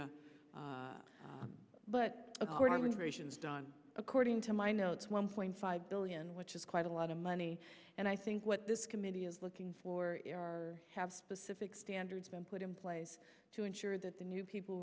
done according to my notes one point five billion which is quite a lot of money and i think what this committee is looking for are have specific standards been put in place to ensure that the new people